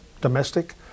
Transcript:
domestic